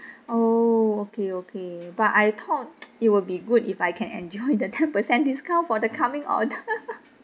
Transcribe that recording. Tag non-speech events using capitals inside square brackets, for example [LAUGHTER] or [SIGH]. oh okay okay but I thought [NOISE] it will be good if I can enjoy the ten percent discount for the coming order [LAUGHS]